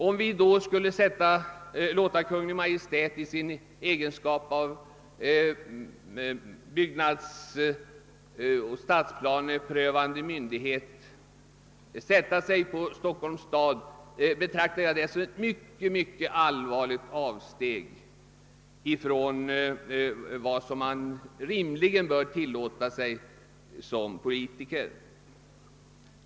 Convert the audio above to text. Om vi då skulle låta Kungl. Maj:t, i sin egenskap av byggnadsoch stadsplaneprövande myndighet, »sätta sig» på Stockholms stad skulle jag betrakta det som ett synnerligen allvarligt avsteg från vad man rimligen bör tillåta sig som politiker.